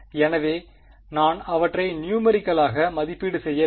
எனவே நான் அவற்றை நியூமெரிகளாக மதிப்பீடு செய்ய வேண்டும்